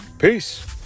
Peace